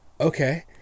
Okay